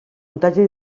muntatge